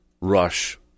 rush